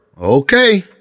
okay